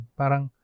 parang